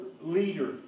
leader